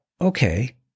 okay